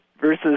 versus